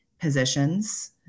positions